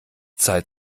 zeit